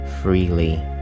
freely